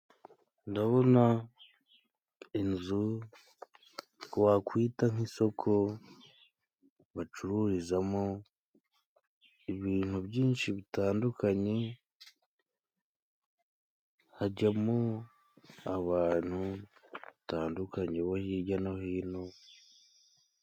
Ndabona inzu wakwita nk'isoko ,bacururizamo ibintu byinshi bitandukanye, hajyamo abantu batandukanye bo hirya no hino.